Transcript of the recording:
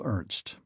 Ernst